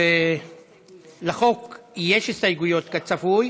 לחוק יש הסתייגות, כצפוי,